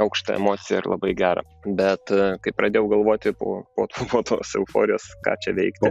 aukšta emocija ir labai gera bet kai pradėjau galvoti po po po tos euforijos ką čia veikti